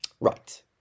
Right